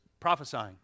prophesying